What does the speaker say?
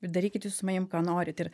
ir darykit jūs su manim ką norit ir